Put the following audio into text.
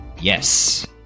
yes